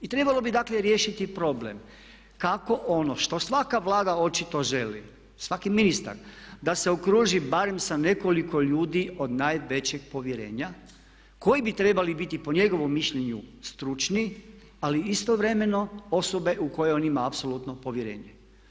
I trebalo bi dakle riješiti problem kako ono što svaka Vlada očito želi, svaki ministar da se okruži barem sa nekoliko ljudi od najvećeg povjerenja koji bi trebali biti po njegovom mišljenju stručni, ali istovremeno osobe u koje on ima apsolutno povjerenje.